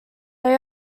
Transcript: they